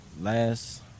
last